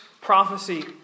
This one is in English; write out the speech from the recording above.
prophecy